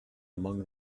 among